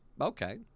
Okay